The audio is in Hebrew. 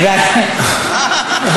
כל אישה שרוצה להתחתן חייבת.